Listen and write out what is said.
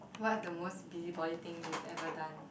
what's the most busybody thing you've done